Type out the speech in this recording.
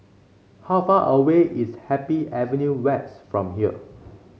how far away is Happy Avenue West from here